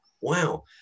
wow